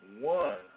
one